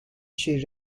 she